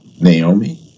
Naomi